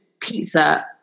pizza